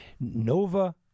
Nova